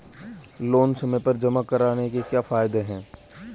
Loan समय पर जमा कराने के क्या फायदे हैं?